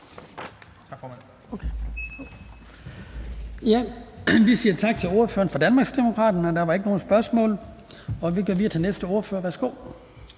tak til ordføreren for Danmarksdemokraterne. Der er ikke nogen spørgsmål. Vi går videre til næste ordfører. Hr.